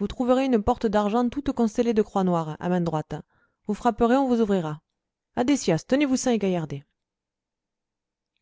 vous trouverez une porte d'argent toute constellée de croix noires à main droite vous frapperez on vous ouvrira adessias tenez-vous sain et gaillardet